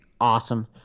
awesome